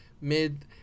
mid